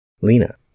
Lena